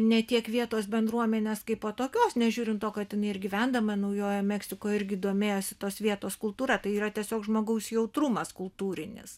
ne tiek vietos bendruomenės kaipo tokios nežiūrint to kad jinai ir gyvendama naujojoj meksikoj irgi domėjosi tos vietos kultūra tai yra tiesiog žmogaus jautrumas kultūrinis